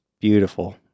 beautiful